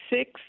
six